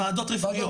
ועדות רפואיות.